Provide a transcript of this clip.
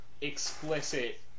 explicit